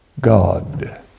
God